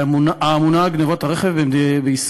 האמונה על טיפול בגנבות הרכב בישראל.